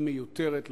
היא מיותרת לחלוטין.